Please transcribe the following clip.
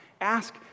Ask